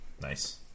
Nice